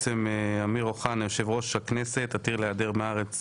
אמיר אוחנה, יושב ראש הכנסת, עתיד להיעדר מהארץ